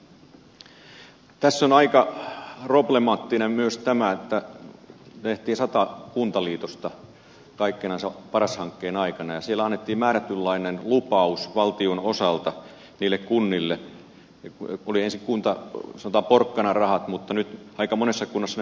tässä on aika problemaattinen myös tämä että tehtiin sata kuntaliitosta kaikkinensa paras hankkeen aikana ja siellä annettiin määrätynlainen lupaus valtion osalta niille kunnille kun oli ensin sanotaan porkkanarahat mutta nyt aika monessa kunnassa ne porkkanarahat on nyt syöty